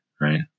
Right